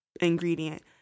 ingredient